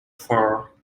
for